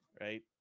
Right